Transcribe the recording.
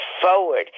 forward